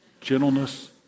gentleness